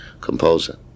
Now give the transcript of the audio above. composer